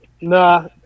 Nah